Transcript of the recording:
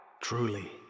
Truly